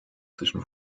zwischen